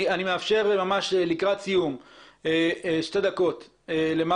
אני מאפשר ממש לקראת סיום שתי דקות למר